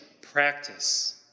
practice